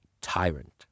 tyrant